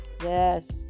Yes